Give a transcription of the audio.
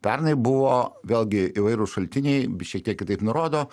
pernai buvo vėlgi įvairūs šaltiniai šiek tiek kitaip nurodo